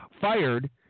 fired